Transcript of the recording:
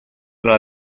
alla